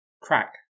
crack